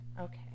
Okay